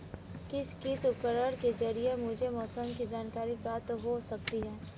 किस किस उपकरण के ज़रिए मुझे मौसम की जानकारी प्राप्त हो सकती है?